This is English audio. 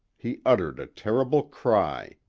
he uttered a terrible cry.